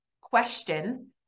question